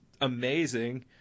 amazing